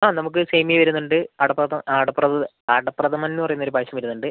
ആ നമുക്ക് സേമിയ വരുന്നുണ്ട് അടപ്രഥ അടപ്രഥ അടപ്രഥമൻ എന്ന് പറയുന്ന ഒരു പായസം വരുന്നുണ്ട്